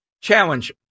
Challenge